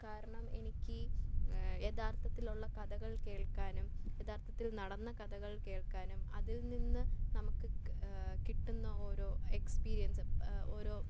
കാരണം എനിക്ക് യഥാർത്ഥത്തിലുള്ള കഥകൾ കേൾക്കാനും യഥാർത്ഥത്തിൽ നടന്ന കഥകൾ കേൾക്കാനും അതിൽ നിന്ന് നമുക്ക് കിട്ടുന്ന ഓരോ എക്സ്പീരിയൻസ് ഓരോ